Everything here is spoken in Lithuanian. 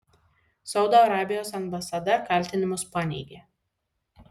saudo arabijos ambasada kaltinimus paneigė